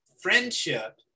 friendship